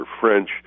French